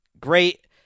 great